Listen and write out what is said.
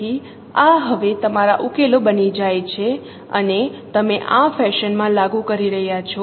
તેથી આ હવે તમારા ઉકેલો બની જાય છે અને તમે આ ફેશન માં લાગુ કરી છે